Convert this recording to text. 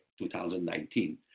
2019